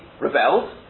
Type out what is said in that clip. rebelled